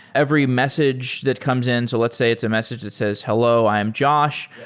every message that comes in, so let's say it's a message that says, hello. i am josh.